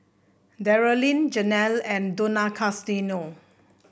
Darryle Janelle and Donaciano